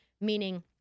meaning